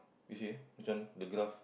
you see eh this one the glove